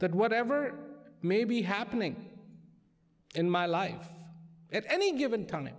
that whatever may be happening in my life at any given time